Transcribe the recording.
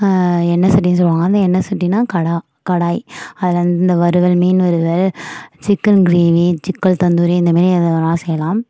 எண்ணெய் சட்டினு சொல்லுவாங்க அந்த எண்ணெ சட்டினால் கடாய் கடாய் அதில் வந்து இந்த வறுவல் மீன் வறுவல் சிக்கன் கிரேவி சிக்கன் தந்தூரி இந்த மாரி எதை வேணுணா செய்யலாம்